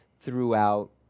throughout